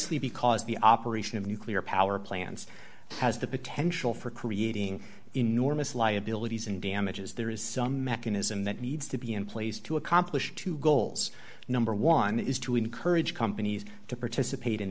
the operation of nuclear power plants has the potential for creating enormous liabilities and damages there is some mechanism that needs to be in place to accomplish two goals number one is to encourage companies to participate in